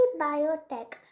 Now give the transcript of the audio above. biotech